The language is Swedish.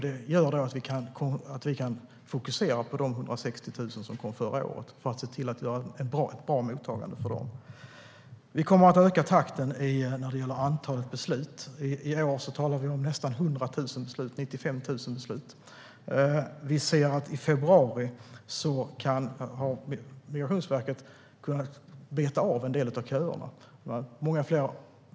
Det gör att vi kan fokusera på de 160 000 som kom förra året för att se till att göra ett bra mottagande för dem. Vi kommer att öka takten när det gäller antalet beslut. I år talar vi om nästan 100 000 beslut - 95 000 beslut. I februari har Migrationsverket kunnat beta av en del av köerna.